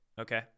Okay